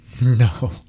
No